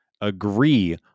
agree